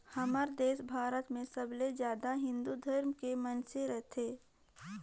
हमर देस भारत मे सबले जादा हिन्दू धरम के मइनसे रथें